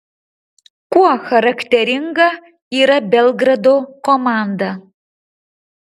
kuo charakteringa yra belgrado komanda